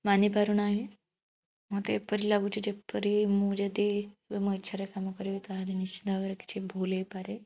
ମାନି ପାରୁନାହିଁ ମୋତେ ଏପରି ଲାଗୁଛି ଯେପରି ମୁଁ ଯଦି ମୋ ଇଚ୍ଛାରେ କାମ କରିବି ତା'ହେଲେ ନିଶ୍ଚିତ ଭାବରେ କିଛି ଭୁଲ ହେଇପାରେ